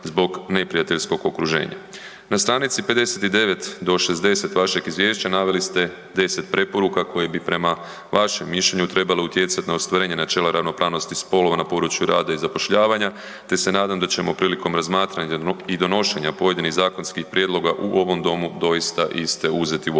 zbog neprijateljskog okruženja. Na str. 59 do 60 vašeg izvješća naveli ste 10 preporuka koje bi prema vašem mišljenju trebalo utjecat na ostvarenje načela ravnopravnosti spolova na području rada i zapošljavanja, te se nadam da ćemo prilikom razmatranja i donošenja pojedinih zakonskih prijedloga u ovom domu doista iste uzeti u obzir.